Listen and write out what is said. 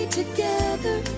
together